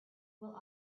will